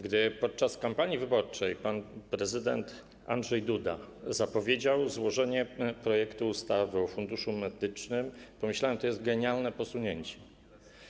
Gdy podczas kampanii wyborczej pan prezydent Andrzej Duda zapowiedział złożenie projektu ustawy o Funduszu Medycznym, pomyślałem: to jest genialne posunięcie.